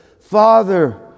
Father